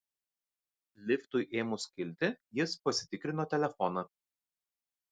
liftui ėmus kilti jis pasitikrino telefoną